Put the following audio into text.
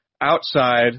outside